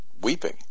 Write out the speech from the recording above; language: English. weeping